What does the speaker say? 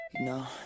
No